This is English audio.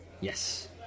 Yes